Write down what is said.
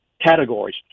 categories